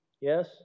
Yes